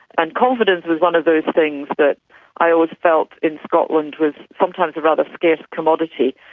and confidence was one of those things that i always felt in scotland was sometimes a rather scarce commodity.